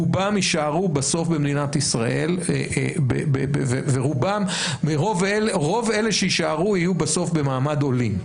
רובם יישארו בסוף במדינת ישראל ורוב אלה שיישארו יהיו בסוף במעמד עולים,